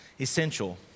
essential